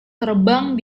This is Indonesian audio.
terbang